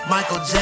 Michael